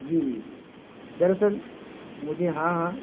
جی جی جی دراصل مجھے ہاں ہاں